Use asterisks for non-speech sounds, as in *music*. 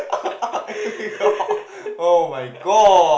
*laughs*